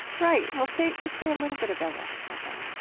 right. well, say, just say a little bit about that about that